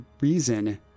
reason